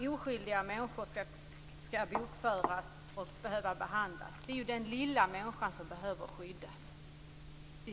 Oskyldiga människor skall inte behöva bokföras och behandlas. Det är ju den lilla människan som behöver skyddas.